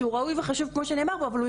הוא ראוי וחשוב כמו שנאמר פה אבל הוא